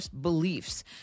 beliefs